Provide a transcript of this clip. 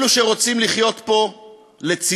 אלו שרוצים לחיות פה לצדנו